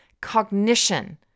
cognition